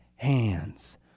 hands